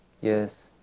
Yes